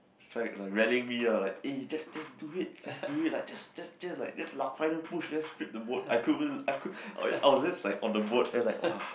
trying to rallying be like eh just just do it let's let's do it just just like final push let's flip the boat and I couldn't I could I was just like on the boat !wah!